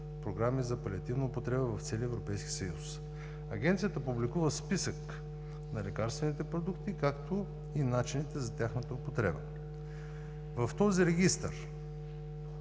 за палиативна употреба в целия Европейски съюз. Агенцията публикува списък на лекарствените продукти, както и начините за тяхната употреба. В този регистър